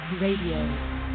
Radio